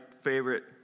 favorite